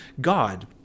God